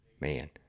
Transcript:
man